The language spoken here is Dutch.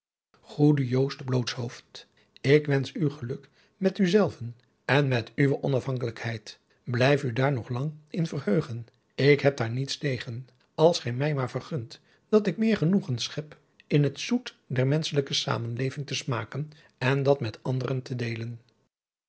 blootshoofd ik wensch u geluk met u zelven en met uwe onafhankelijkheid blijf u daar nog lang in verheugen ik heb daar niets tegen als gij mij maar vergunt dat ik meer genoegen schep in het zoet der menfchelijke zamenleving te smaken en dat met anderen te deelen